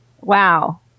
wow